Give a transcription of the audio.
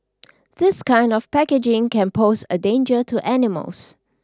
this kind of packaging can pose a danger to animals